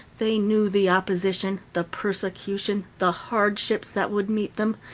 they knew the opposition, the persecution, the hardships that would meet them,